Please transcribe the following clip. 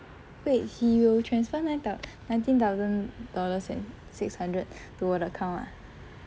wait he will transfer nine thou~ nineteen thousand dollars and six hundred to 我的 account ah